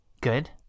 Good